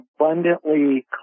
abundantly